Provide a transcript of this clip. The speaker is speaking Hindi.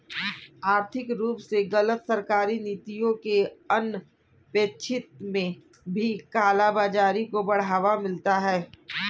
आर्थिक रूप से गलत सरकारी नीतियों के अनपेक्षित में भी काला बाजारी को बढ़ावा मिलता है